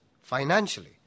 Financially